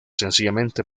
sencillamente